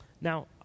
Now